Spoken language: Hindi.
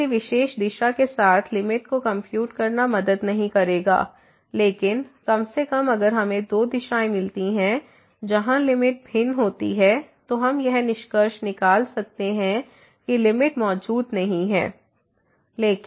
तो किसी विशेष दिशा के साथ लिमिट को कंप्यूट करना मदद नहीं करेगा लेकिन कम से कम अगर हमें दो दिशाएं मिलती हैं जहां लिमिट भिन्न होती हैं तो हम यह निष्कर्ष निकाल सकते हैं कि लिमिट मौजूद नहीं है